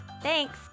Thanks